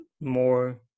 more